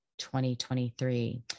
2023